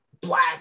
black